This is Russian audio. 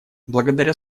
благодаря